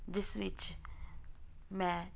ਇਸ ਵਿੱਚ ਮੈਂ